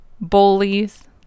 bullies